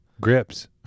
Grips